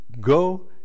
go